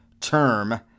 term